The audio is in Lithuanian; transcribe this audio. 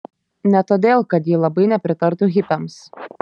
ne todėl kad ji labai nepritartų hipiams